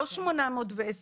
לא 810